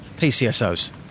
PCSOs